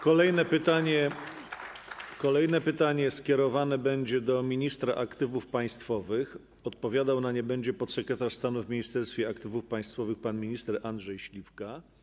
Kolejne pytanie jest skierowane do ministra aktywów państwowych, a odpowiadał na nie będzie podsekretarz stanu w Ministerstwie Aktywów Państwowych pan minister Andrzej Śliwka.